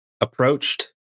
approached